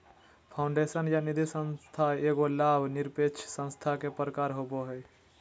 foundation या निधिसंस्था एगो लाभ निरपेक्ष संस्था के प्रकार होवो हय